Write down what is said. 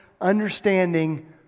understanding